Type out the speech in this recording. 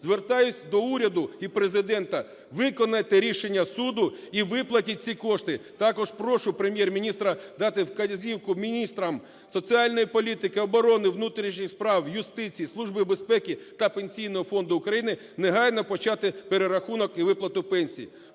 Звертаюсь до уряду і Президента: виконайте рішення суду і виплатіть всі кошти. Також прошу Прем'єр-міністра дати вказівку міністрам соціальної політики, оборони, внутрішніх справ, юстиції, Службі безпеки та Пенсійного фонду України негайно почати перерахунок і виплату пенсій.